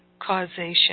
causation